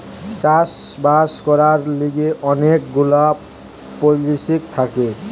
চাষ বাস করবার লিগে অনেক গুলা পলিসি থাকে